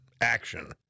action